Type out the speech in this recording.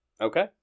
okay